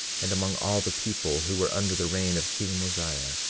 and among all the people who were under the reign of king mosiah,